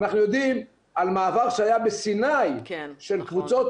אנחנו יודעים על מעבר שהיה בסיני של קבוצות